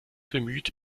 bemüht